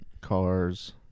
cars